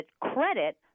credit